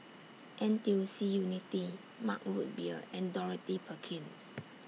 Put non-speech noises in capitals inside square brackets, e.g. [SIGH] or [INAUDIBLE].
N T U C Unity Mug Root Beer and Dorothy Perkins [NOISE]